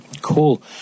Cool